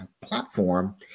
platform